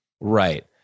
Right